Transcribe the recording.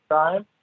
time